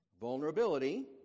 vulnerability